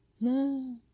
No